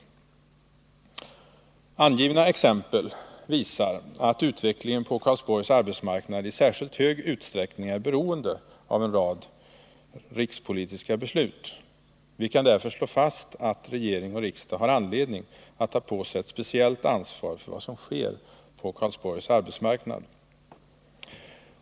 Angivna exempel visar att utvecklingen på Karlsborgs arbetsmarknad i särskilt stor utsträckning är beroende av en rad rikspolitiska beslut. Vi kan därför slå fast att regering och riksdag har anledning att ta på sig ett speciellt ansvar för vad som sker på Karlsborgs arbetsmarknad.